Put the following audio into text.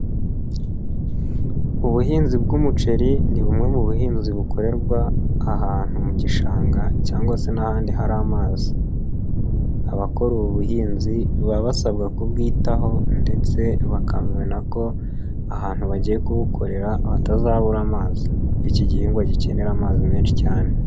Ubuhinzi bw'umuceri ni bumwe mu buhinzi bukorerwa ahantu mu gishanga cyangwa se n'ahandi hari amazi, abakora ubu buhinzi baba basabwa kubwitaho ndetse bakabona ko ahantu bagiye kubukorera hatazabura amazi kuko iki gihingwa gikenera amazi menshi cyane.